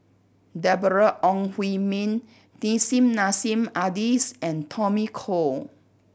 Deborah Ong Hui Min Nissim Nassim Adis and Tommy Koh